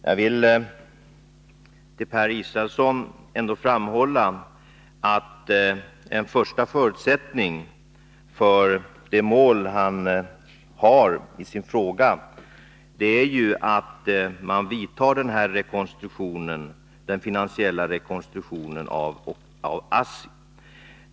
Herr talman! Jag vill, Per Israelsson, framhålla att en första förutsättning för det mål som anges i frågan är att den finansiella rekonstruktionen av ASSI genomförs.